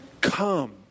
Come